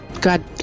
God